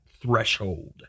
threshold